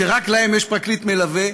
שרק להם יש פרקליט מלווה,